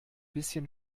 bisschen